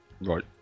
Right